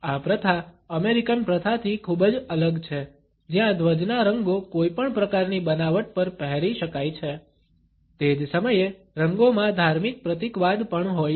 આ પ્રથા અમેરિકન પ્રથાથી ખૂબ જ અલગ છે જ્યાં ધ્વજના રંગો કોઈપણ પ્રકારની બનાવટ પર પહેરી શકાય છે તે જ સમયે રંગોમાં ધાર્મિક પ્રતીકવાદ પણ હોય છે